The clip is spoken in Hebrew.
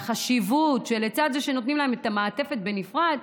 והחשיבות, לצד זה שנותנים להם את המעטפת בנפרד,